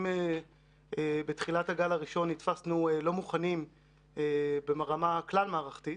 אם בתחילת הגל הראשון נתפסנו לא מוכנים ברמה כלל מערכתית,